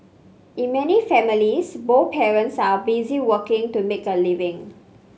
in many families both parents are busy working to make a living